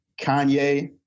Kanye